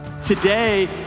Today